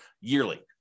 yearly